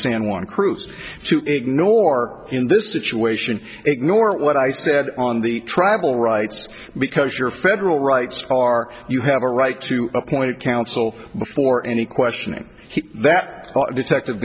juan cruz to ignore in this situation ignore what i said on the tribal rights because your federal rights are you have a right to appoint counsel before any questioning that detective